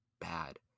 bad